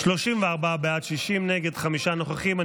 34 בעד, 60 נגד, חמישה נוכחים.